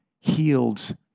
healed